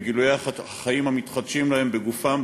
עם גילויי החיים המתחדשים להם בגופם,